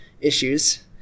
issues